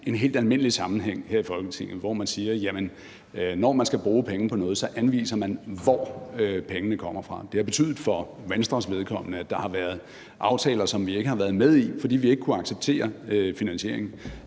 en helt almindelig sammenhæng her i Folketinget, hvor man siger: Når man skal bruge penge på noget, anviser man, hvor pengene kommer fra. Det har for Venstres vedkommende betydet, at der har været aftaler, som vi ikke har været med i, fordi vi ikke kunne acceptere finansieringen.